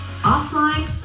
offline